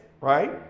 right